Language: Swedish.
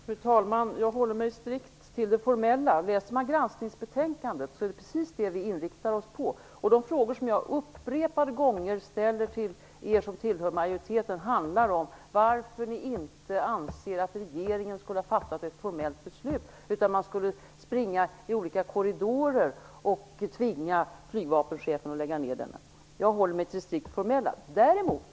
Fru talman! Jag håller mig strikt till det formella. Om man läser granskningsbetänkandet är det precis det vi inriktar oss på. De frågor som jag upprepade gånger ställer till er som tillhör majoriteten handlar om varför ni inte anser att regeringen skulle ha fattat ett formellt beslut. Det verkar som om man skulle springa i olika korridorer och tvinga flygvapenchefen att lägga ned den här utredningen. Jag håller mig till det strikt formella.